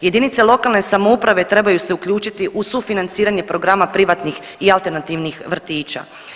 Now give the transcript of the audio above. JLS trebaju se uključiti u sufinanciranje programa privatnih i alternativnih vrtića.